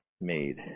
made